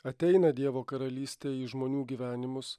ateina dievo karalystė į žmonių gyvenimus